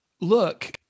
look